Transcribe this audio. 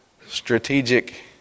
strategic